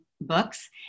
books